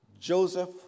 Joseph